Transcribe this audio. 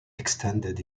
extended